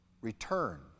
return